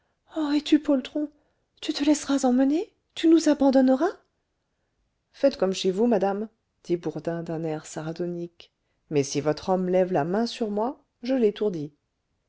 es-tu poltron tu te laisseras emmener tu nous abandonneras faites comme chez vous madame dit bourdin d'un air sardonique mais si votre homme lève la main sur moi je l'étourdis